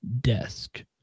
desk